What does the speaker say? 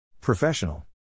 Professional